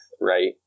right